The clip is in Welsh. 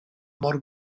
mor